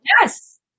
Yes